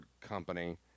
company